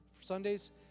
Sundays